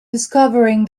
discovering